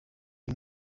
uyu